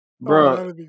Bro